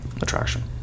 attraction